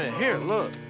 ah here, look.